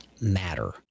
matter